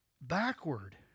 backward